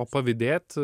o pavydėt